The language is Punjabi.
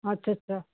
ਅੱਛ ਅੱਛਾ